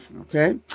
Okay